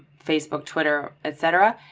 facebook, twitter, etc.